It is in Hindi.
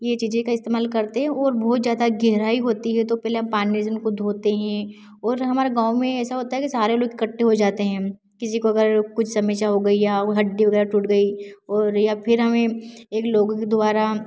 ये चीज़ों का इस्तेमाल करते हैं और बहुत ज़्यादा गहराई होती है तो पहले पानी से उनको धोते हैं और हमारे गाँव में ऐसा होता है कि सारे लोग कठ्ठे हो जाते हैं किसी को अगर कुछ समस्या हो गई या वो हड्डी वगैरह टूट गई और या फिर हमें इन लोगों के द्वारा